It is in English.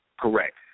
correct